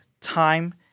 time